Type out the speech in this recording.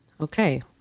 Okay